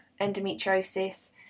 endometriosis